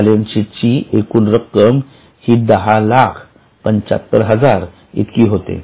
balance sheet ची एकूण रक्कम हि १०७५००० इतकी होते